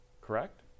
correct